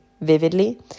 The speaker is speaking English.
vividly